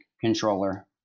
controller